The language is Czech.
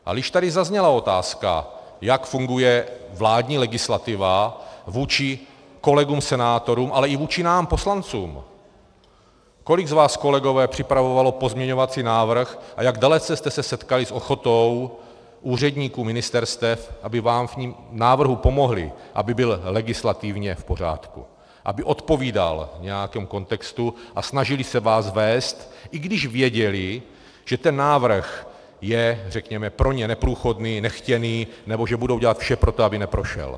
A když tady zazněla otázka, jak funguje vládní legislativa vůči kolegům senátorům, ale i vůči nám poslancům kolik z vás, kolegové, připravovalo pozměňovací návrh a jak dalece jste se setkali s ochotou úředníků ministerstev, aby vám s návrhem pomohli, aby byl legislativně v pořádku, aby odpovídal nějakému kontextu, a snažili se vás vést, i když věděli, že ten návrh je, řekněme, pro ně neprůchodný, nechtěný, nebo že budou dělat vše pro to, aby neprošel?